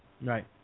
right